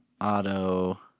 auto